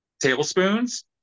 tablespoons